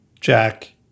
Jack